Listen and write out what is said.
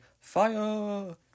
fire